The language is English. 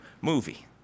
movie